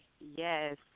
Yes